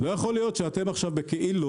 לא יכול להיות שאתם עכשיו כאילו,